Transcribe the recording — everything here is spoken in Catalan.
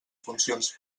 funcions